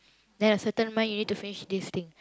then a certain month you need to finish this thing